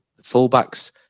fullbacks